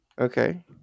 Okay